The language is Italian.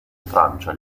francia